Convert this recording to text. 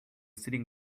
sitting